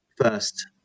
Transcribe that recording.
first